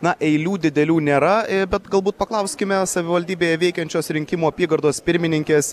na eilių didelių nėra bet galbūt paklauskime savivaldybėje veikiančios rinkimų apygardos pirmininkės